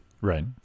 Right